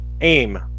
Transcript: aim